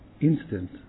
instant